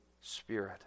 Spirit